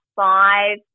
five